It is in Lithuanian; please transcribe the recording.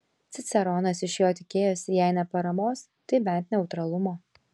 ciceronas iš jo tikėjosi jei ne paramos tai bent neutralumo